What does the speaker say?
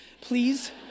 Please